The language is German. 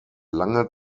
lange